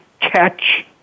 catch